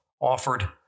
offered